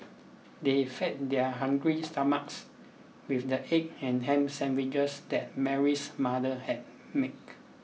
they fed their hungry stomachs with the egg and ham sandwiches that Mary's mother had make